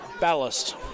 Ballast